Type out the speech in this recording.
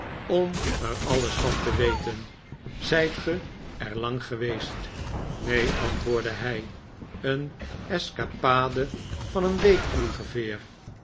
om er alles van te weten zijt ge er lang geweest neen antwoordde hij een escapade van een week ongeveer